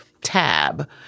tab